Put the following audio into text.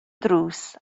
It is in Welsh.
drws